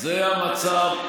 זה המצב.